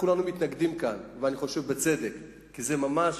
כולנו מתנגדים כאן, ואני חושב בצדק, כי זה ממש